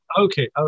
Okay